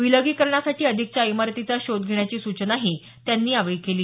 विलगीकरणासाठी अधिकच्या इमारतीचा शोध घेण्याची सूचनाही त्यांनी यावेळी केली